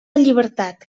llibertat